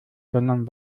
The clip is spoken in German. sondern